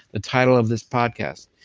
the title of this podcast,